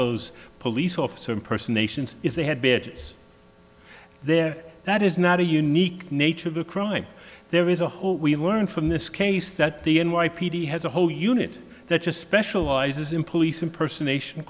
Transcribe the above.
those police officer and person nations if they had beards there that is not a unique nature of the crime there is a whole we learn from this case that the n y p d has a whole unit that just specializes in police impersonat